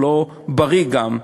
והוא לא בריא גם.